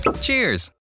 Cheers